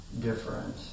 different